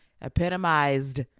epitomized